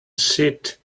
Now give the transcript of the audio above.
sheet